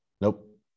Nope